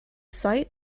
sight